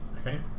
okay